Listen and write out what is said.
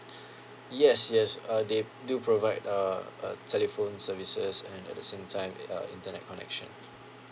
yes yes uh they do provide uh uh telephone services and at the same time uh internet connection